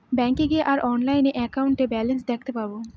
ব্যাঙ্কে গিয়ে আর অনলাইনে একাউন্টের ব্যালান্স দেখতে পাবো